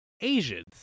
Asians